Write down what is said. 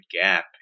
gap